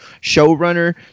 showrunner